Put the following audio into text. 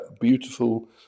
beautiful